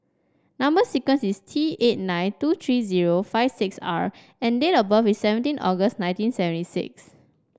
number sequence is T eight nine two three zero five six R and date of birth is seventeen August nineteen seventy six